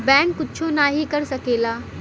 bank कुच्छो नाही कर सकेला